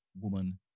Woman